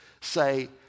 say